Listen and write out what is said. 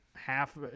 Half